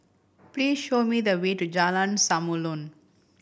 please show me the way to Jalan Samulun